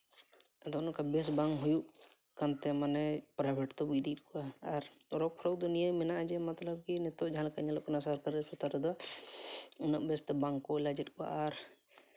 ᱟᱫᱚ ᱱᱚᱜᱼᱚ ᱱᱚᱝᱠᱟ ᱵᱮᱥ ᱵᱟᱝ ᱦᱩᱭᱩᱜ ᱠᱟᱱᱛᱮ ᱢᱟᱱᱮ ᱯᱨᱟᱭᱵᱷᱮᱹᱴ ᱛᱮᱵᱚ ᱤᱫᱤᱭᱮᱫ ᱠᱚᱣᱟ ᱟᱨ ᱛᱚᱨᱚᱠ ᱯᱷᱚᱨᱚᱠ ᱱᱤᱭᱟᱹ ᱢᱮᱱᱟᱜᱟ ᱡᱮ ᱢᱚᱛᱞᱚᱵ ᱠᱤ ᱱᱤᱛᱚᱜ ᱡᱟᱦᱟᱸ ᱞᱮᱠᱟ ᱧᱮᱞᱚᱜ ᱠᱟᱱᱟ ᱥᱚᱨᱠᱟᱨᱤ ᱦᱟᱥᱯᱟᱛᱟᱞ ᱨᱮᱫᱚ ᱩᱱᱟᱹᱜ ᱵᱮᱥ ᱫᱚ ᱵᱟᱝ ᱠᱚ ᱚᱞᱟ ᱪᱮᱫ ᱠᱚ ᱟᱨ